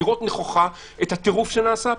לראות נכוחה את הטירוף שנעשה פה.